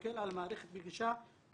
להסתכל על המערכת בגישה הוליסטית,